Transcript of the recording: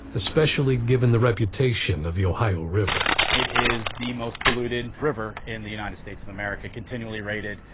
especially given the reputation of the ohio river. it is the most polluted river in the united states of america. continually rated,